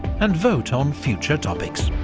and vote on future topics.